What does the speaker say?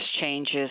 changes